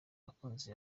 bakunzi